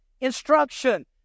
instruction